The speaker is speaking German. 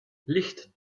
licht